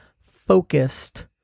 focused